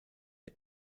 der